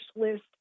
list